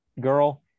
girl